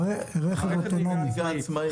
הרכב אוטונומי,